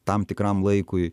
tam tikram laikui